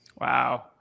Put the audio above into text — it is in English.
wow